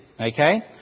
okay